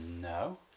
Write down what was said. No